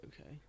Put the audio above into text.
Okay